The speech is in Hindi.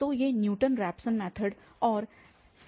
तो ये न्यूटन रैप्सन मैथड और सेकेंट मैथड हैं